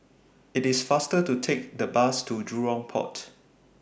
IT IS faster to Take The Bus to Jurong Port